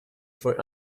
for